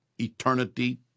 eternity